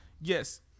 Yes